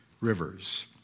rivers